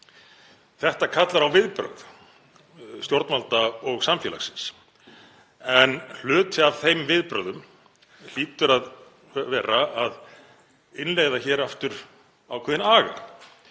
Þetta kallar á viðbrögð stjórnvalda og samfélagsins. Hluti af þeim viðbrögðum hlýtur að vera að innleiða hér aftur ákveðinn aga